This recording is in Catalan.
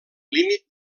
límit